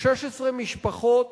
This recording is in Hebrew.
16 משפחות